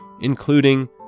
including